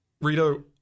Rito